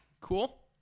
cool